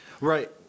Right